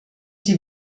die